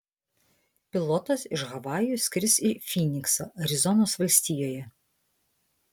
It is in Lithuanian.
pilotas iš havajų skris į fyniksą arizonos valstijoje